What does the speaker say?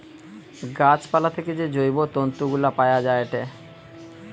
গাছ পালা থেকে যে জৈব তন্তু গুলা পায়া যায়েটে